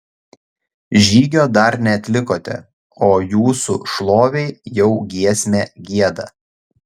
žygio dar neatlikote o jūsų šlovei jau giesmę gieda